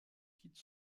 quitte